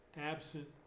absent